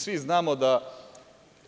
Svi znamo da je